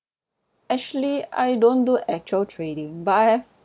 actually I don't do actual trading but I've